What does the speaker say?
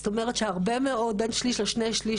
זאת אומרת שהרבה מאוד - בין שליש לשני שליש